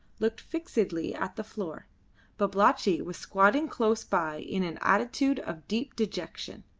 looked fixedly at the floor babalatchi was squatting close by in an attitude of deep dejection.